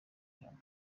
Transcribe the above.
ibihano